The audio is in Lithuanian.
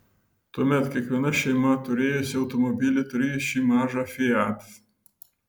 tuomet kiekviena šeima turėjusi automobilį turėjo šį mažą fiat